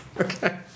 Okay